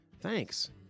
Thanks